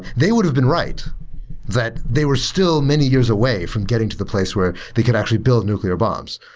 they would have been right that they were still many years away from getting to the place where they could actually build nuclear bombs.